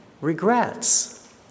regrets